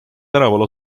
tänaval